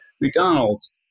McDonald's